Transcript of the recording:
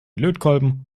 lötkolben